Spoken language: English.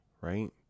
right